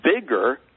bigger